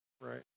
Right